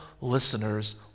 listeners